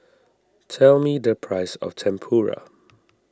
tell me the price of Tempura